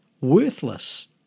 worthless